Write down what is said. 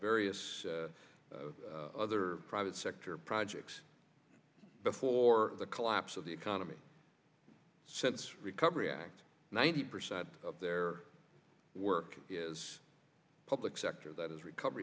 various other private sector projects before the collapse of the economy since recovery act ninety percent of their work is public sector that is recover